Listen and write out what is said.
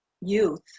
youth